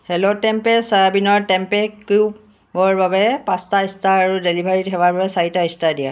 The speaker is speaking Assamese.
হেল' টেমপে চয়াবিনৰ টেম্পে কিউবৰ বাবে পাঁচটা ষ্টাৰ আৰু ডেলিভাৰী সেৱাৰ বাবে চাৰিটা ষ্টাৰ দিয়া